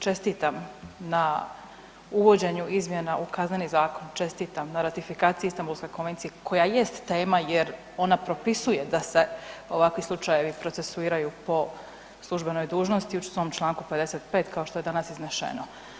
Čestitam na uvođenju izmjena u Kazneni zakon, čestitam na ratifikaciji Istambulske konvencije koja jest tema jer ona propisuje da se ovakvi slučajevi procesuiraju po službenoj dužnosti u svom Članku 55. kao što je danas iznešeno.